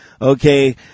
Okay